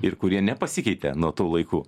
ir kurie nepasikeitė nuo tų laikų